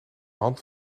hand